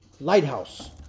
Lighthouse